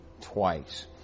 twice